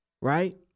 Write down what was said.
right